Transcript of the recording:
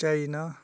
China